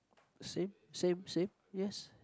same same yes